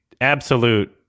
absolute